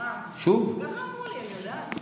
אמרו לי, אני יודעת?